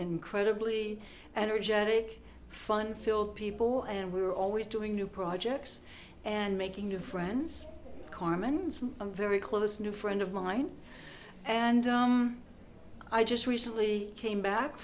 incredibly energetic fun filled people and we were always doing new projects and making new friends carmen a very close new friend of mine and i just recently came back